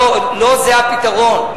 לא זה הפתרון.